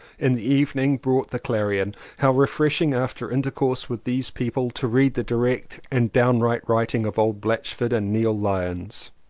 in the evening bought the clarion. how refreshing after in tercourse with these people to read the direct and downright writing of old blatch ford and neil lyons!